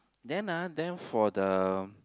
then ah then for the